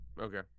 Okay